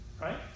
Right